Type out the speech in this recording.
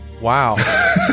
Wow